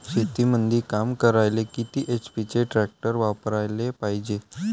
शेतीमंदी काम करायले किती एच.पी चे ट्रॅक्टर वापरायले पायजे?